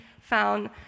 found